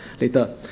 later